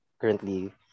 currently